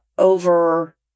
over